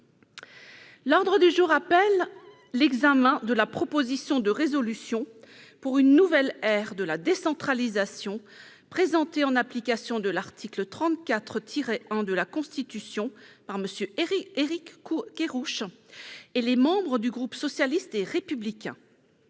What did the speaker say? et républicain, l'examen de la proposition de résolution pour une nouvelle ère de la décentralisation, présentée, en application de l'article 34-1 de la Constitution, par M. Éric Kerrouche et les membres du groupe socialiste et républicain